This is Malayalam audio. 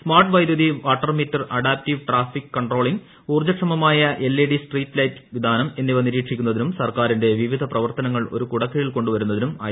സ്മാർട്ട് വൈദ്യുതി water meter adaptive traffic controlling ഊർജ്ജക്ഷമമായ എൽഇഡി സ്ട്രീറ്റ് ലൈറ്റ് വിതാനം എന്നിവ നിരീക്ഷിക്കുന്നതിനും സർക്കാരിന്റെ വിവിധ പ്രവർത്തനങ്ങൾ ഒരു കുടക്കീഴിൽ കൊണ്ടുവരുന്നതിനും ഐ